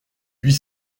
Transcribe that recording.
huit